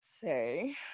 say